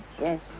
Yes